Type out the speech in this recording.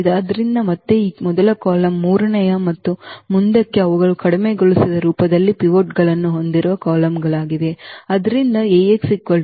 ಆದ್ದರಿಂದ ಮತ್ತೆ ಈ ಮೊದಲ ಕಾಲಮ್ ಮೂರನೆಯ ಮತ್ತು ಮುಂದಕ್ಕೆ ಅವುಗಳು ಕಡಿಮೆಗೊಳಿಸಿದ ರೂಪದಲ್ಲಿ ಪಿವೋಟ್ಗಳನ್ನು ಹೊಂದಿರುವ ಕಾಲಮ್ಗಳಾಗಿವೆ